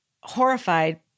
horrified